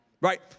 right